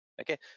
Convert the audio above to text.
Okay